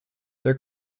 their